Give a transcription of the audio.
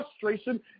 frustration